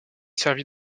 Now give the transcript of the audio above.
servi